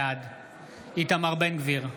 בעד איתמר בן גביר,